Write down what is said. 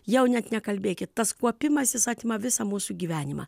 jau net nekalbėkit tas kaupimasis atima visą mūsų gyvenimą